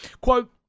quote